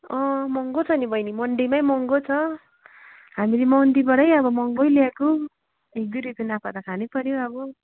अँ महँगो छ नि बहिनी मन्डीमै महँगो छ हामीले मन्डीबाटै अब महँगै ल्याएको एक दुई रुपियाँ त नाफा खानैपऱ्यो अब